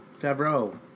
Favreau